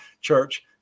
church